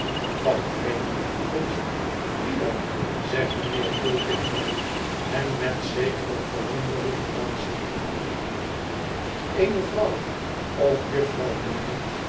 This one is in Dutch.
van vreemde afkomst wie dan zegt mijnheer tulkinghorn hem met zekere verwondering aanziende eene vrouw of jufvrouw